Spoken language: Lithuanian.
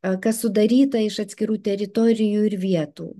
o kas sudaryta iš atskirų teritorijų ir vietų